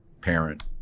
parent